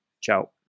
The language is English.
Ciao